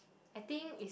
I think is